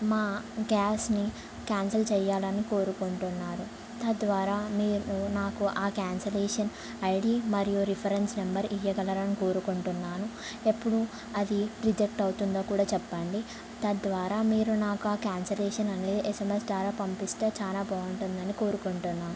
మా గ్యాస్ని క్యాన్సల్ చేయ్యాలని కోరుకుంటున్నాను తద్వారా మీరు నాకు ఆ క్యాన్సలేషన్ ఐ డీ మరియు రిఫరెన్స్ నెంబర్ ఇవ్వగలరని కోరుకుంటున్నాను ఎప్పుడు అది రిజెక్ట్ అవుతుందో కూడా చెప్పండి తద్వారా మీరు నాకు ఆ క్యాన్సలేషన్ అనేది ఎస్ ఏం ఎస్ ద్వారా పంపిస్తే చాలా బాగుంటుందని కోరుకుంటున్నాను